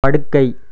படுக்கை